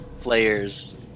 players